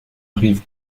rive